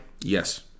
yes